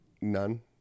None